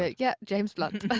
ah yeah, james blunt.